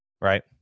Right